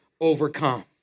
overcome